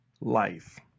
life